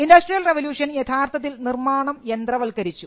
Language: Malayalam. ഇൻഡസ്ട്രിയൽ റവല്യൂഷൻ യഥാർത്ഥത്തിൽ നിർമ്മാണം യന്ത്രവൽക്കരിച്ചു